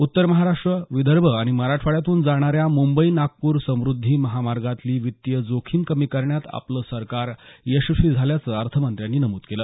उत्तर महाराष्ट्र विदर्भ आणि मराठवाड्यातून जाणाऱ्या मुंबई नागपूर समुद्धी महामार्गातली वित्तीय जोखीम कमी करण्यात आपलं सरकार यशस्वी झाल्याचं अर्थमंत्र्यांनी नमूद केलं